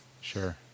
Sure